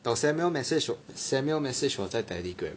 你懂 Samuel message 我 Samuel message 我在 Telegram